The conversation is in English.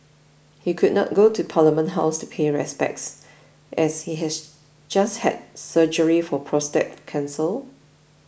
he could not go to Parliament House to pay respects as he has just had surgery for prostate cancer